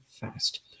fast